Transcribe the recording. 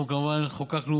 אנחנו כמובן חוקקנו,